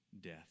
death